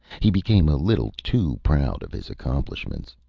he became a little too proud of his accomplishments.